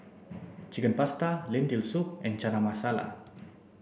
chicken Pasta Lentil soup and Chana Masala